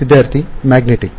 ವಿದ್ಯಾರ್ಥಿ ಮ್ಯಾಗ್ನೆಟಿಕ್